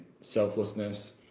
selflessness